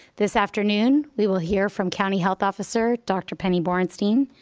this afternoon, we will hear from county health officer, dr. penny borenstein.